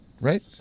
right